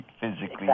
physically